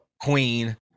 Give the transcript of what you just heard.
queen